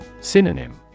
Synonym